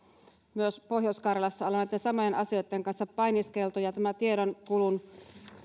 pohjois karjalassa ollaan näitten samojen asioitten kanssa painiskeltu ja tämä tiedonkulun